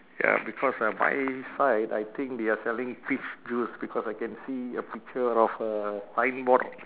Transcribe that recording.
ya because uh my side I think they are selling peach juice because I can see a picture of a signboard